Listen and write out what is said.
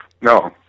No